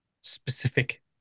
specific